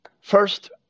First